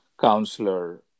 counselor